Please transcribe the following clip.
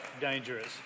dangerous